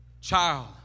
child